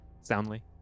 soundly